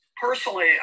personally